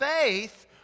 faith